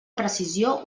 precisió